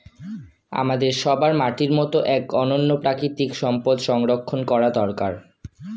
আমাদের সবার মাটির মতো এক অনন্য প্রাকৃতিক সম্পদ সংরক্ষণ করা দরকার